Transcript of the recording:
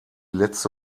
letzte